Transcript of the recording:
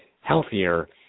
healthier